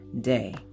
day